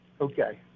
okay